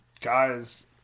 Guys